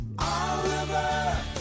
Oliver